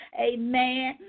Amen